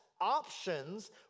options